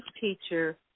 teacher